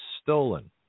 stolen